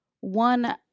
One